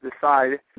decide